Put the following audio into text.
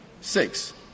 six